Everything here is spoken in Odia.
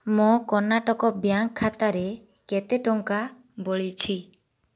ମୋ କର୍ଣ୍ଣାଟକ ବ୍ୟାଙ୍କ ଖାତାରେ କେତେ ଟଙ୍କା ବଳିଛି